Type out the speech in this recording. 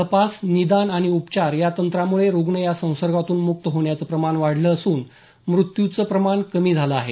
तपास निदान आणि उपचार या तंत्रामुळे रुग्ण या संसर्गातून मुक्त होण्याचं प्रमाण वाढलं असून मृत्यूचं प्रमाण कमी झालं आहे